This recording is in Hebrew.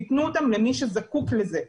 תיתנו אותם למי שזקוק לזה,